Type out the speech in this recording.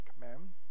command